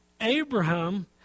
Abraham